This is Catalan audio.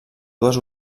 dues